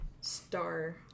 star